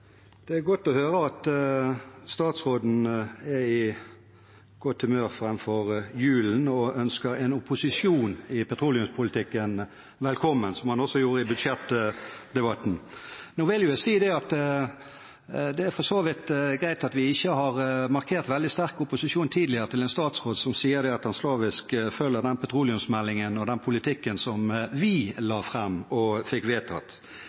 Det er godt å høre at statsråden er i godt humør framfor julen og ønsker en opposisjon i petroleumspolitikken velkommen, som han også gjorde i budsjettdebatten. Det er for så vidt greit at vi ikke har markert veldig sterk opposisjon tidligere til en statsråd som sier at han slavisk følger den petroleumsmeldingen og den politikken som vi la fram og fikk vedtatt.